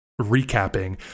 recapping